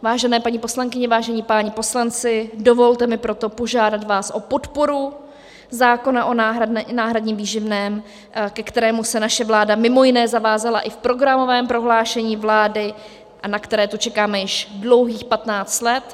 Vážené paní poslankyně, vážení páni poslanci, dovolte mi proto požádat vás o podporu zákona o náhradním výživném, ke kterému se naše vláda mimo jiné zavázala i v programovém prohlášení vlády a na které tu čekáme již dlouhých patnáct let.